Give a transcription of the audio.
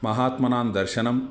महात्मनां दर्शनम्